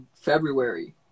February